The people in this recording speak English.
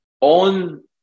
on